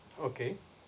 okay